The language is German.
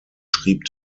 schrieb